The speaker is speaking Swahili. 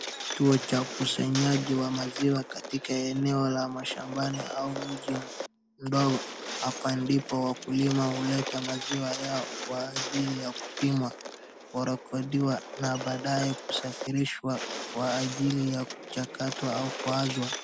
Kituo cha ukusanyaji wa maziwa katika eneo la mashambani au mji mdogo, hapa ndipo wakulima huleta maziwa yao kwa ajili ya kupimwa, kurakodiwa na baadaye kusafirishwa kwa ajili ya kuchakatwa au kuuzwa.